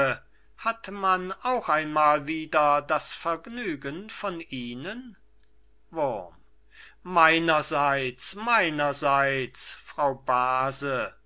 hat man auch einmal wieder das vergnügen von ihnen wurm meinerseits meinerseits frau base